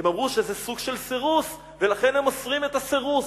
הם אמרו שזה סוג של סירוס ולכן הם אוסרים את הסירוס.